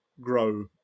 grow